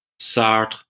Sartre